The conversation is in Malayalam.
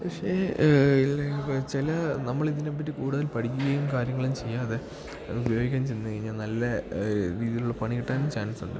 പക്ഷേ എല്ലായ്പ്പോഴും ചില നമ്മളിതിനെപ്പറ്റി കൂടുതൽ പഠിക്കുകയും കാര്യങ്ങളും ചെയ്യാതെ അത് ഉപയോഗിക്കാൻ ചെന്നു കഴിഞ്ഞാൽ നല്ല രീതിയിലുള്ള പണി കിട്ടാനും ചാൻസ് ഉണ്ട്